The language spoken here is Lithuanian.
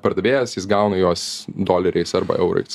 pardavėjas jis gauna juos doleriais arba eurais